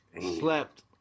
Slept